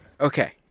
Okay